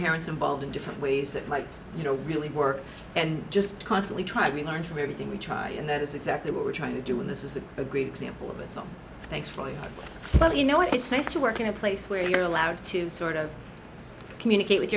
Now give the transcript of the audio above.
parents involved in different ways that might you know really work and just constantly try to learn from everything we try and that is exactly what we're trying to do with this is a great example of it's all thankfully but you know it's nice to work in a place where you're allowed to sort of communicate with